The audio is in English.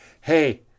hey